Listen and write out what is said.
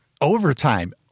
overtime